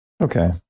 Okay